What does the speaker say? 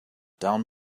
down